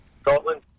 Scotland